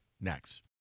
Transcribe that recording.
next